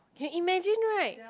can imagine right